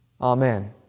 Amen